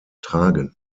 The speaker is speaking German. tragen